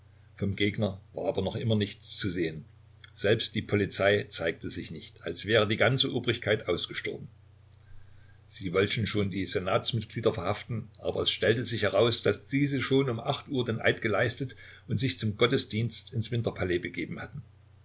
vom gegner war aber noch immer nichts zu sehen selbst die polizei zeigte sich nicht als wäre die ganze obrigkeit ausgestorben sie wollten schon die senatsmitglieder verhaften aber es stellte sich heraus daß diese schon um acht uhr den eid geleistet und sich zum gottesdienst ins winterpalais begeben hatten